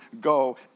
go